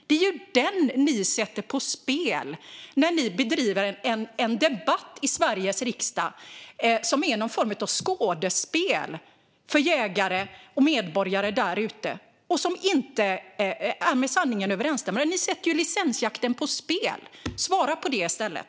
Det är den ni sätter på spel när ni driver en debatt i Sveriges riksdag som är någon form av skådespel för jägare och medborgare där ute, som inte är med sanningen överensstämmande. Ni sätter licensjakten på spel. Svara på det i stället!